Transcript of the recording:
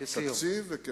אבל